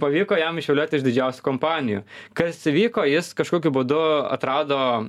pavyko jam išvilioti iš didžiausių kompanijų kas įvyko jis kažkokiu būdu atrado